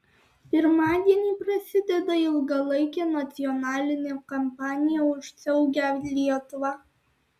pirmadienį prasideda ilgalaikė nacionalinė kampanija už saugią lietuvą